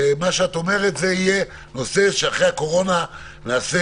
מה שאת אומרת זה יהיה נושא שאחרי הקורונה נעשה